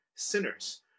sinners